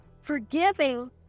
Forgiving